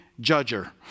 judger